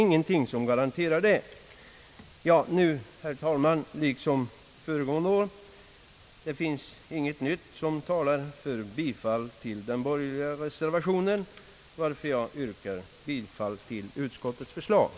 Liksom föregående år finns det i år, herr talman, intet nytt som talar för bifall till den borgerliga reservationen, varför jag yrkar bifall till utskottets förslag.